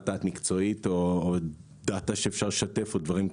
דעת מקצועית או דאתה שאפשר לשתף בה וכולי,